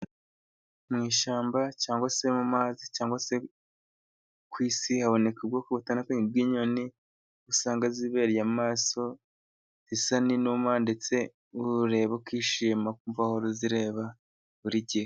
Mu ishyamba cyangwa se mu mazi cyangwa se ku isi, haboneka ubwoko butandukanye bw'inyoni, usanga zibereye amaso zisa n'inuma, ndetse ureba ukishima ukumva wahora uzireba buri gihe.